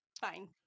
fine